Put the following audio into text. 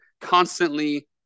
constantly